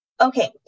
Okay